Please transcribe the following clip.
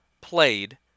played